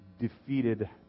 defeated